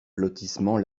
lotissement